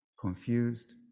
confused